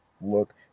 look